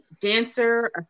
dancer